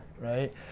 right